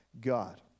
God